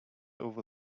over